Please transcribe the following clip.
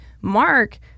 Mark